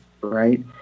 right